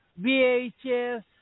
VHS